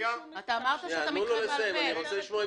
אמרת שאתה מתחייב בעל פה.